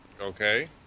Okay